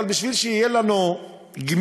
אבל בשביל שתהיה לנו גמישות,